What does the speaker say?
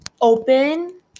open